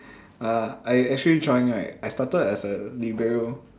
uh I actually join right I started as a libero